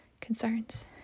concerns